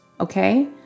Okay